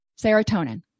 serotonin